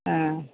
ആ